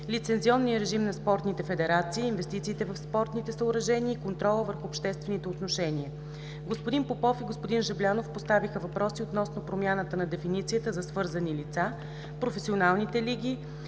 лицензионния режим на спортните федерации, инвестициите в спортните съоръжения и контрола върху обществените отношения. Господин Попов и господин Жаблянов поставиха въпроси относно промяната на дефиницията за свързани лица, професионалните лиги,